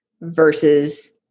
versus